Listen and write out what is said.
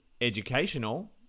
educational